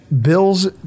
Bills